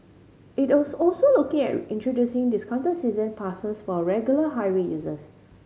it was also looking at introducing discounted season passes for regular highway users